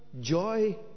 joy